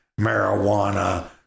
marijuana